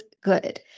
good